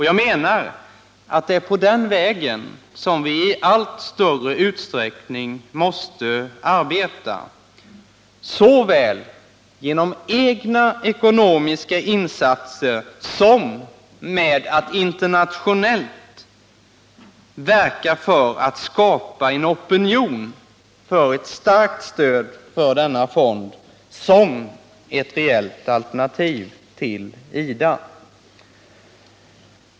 Jag menar att det är på den vägen som vi i allt större utsträckning måste arbeta, såväl genom egna kraftiga ekonomiska insatser som genom att internationellt skapa en opinion för ett starkt stöd för denna fond som ett reellt alternativ till IDA.